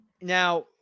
Now